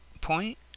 point